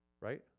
Right